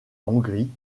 hongrie